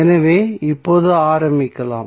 எனவே இப்போது ஆரம்பிக்கலாம்